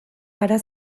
gara